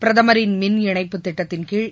பிரதமரின் மின் இணைப்பு திட்டத்தின் கீழ்